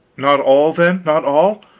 not all, then, not all!